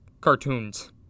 cartoons